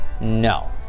no